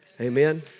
Amen